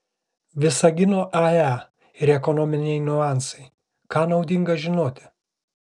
visagino ae ir ekonominiai niuansai ką naudinga žinoti